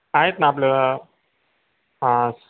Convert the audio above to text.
आहेत ना आपलं हां